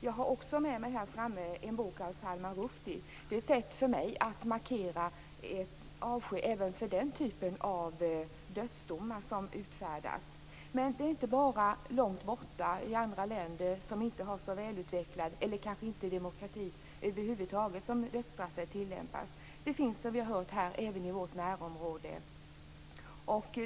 Jag har också med mig en bok av Salman Rushdie här framme. Det är ett sätt för mig att markera en avsky även för den typen av dödsdomar som utfärdas. Men det är inte bara långt borta i andra länder som inte har så välutvecklad demokrati, eller som kanske inte har demokrati över huvud taget, som dödsstraffet tillämpas. Det finns, som vi har hört här, även i vårt närområde.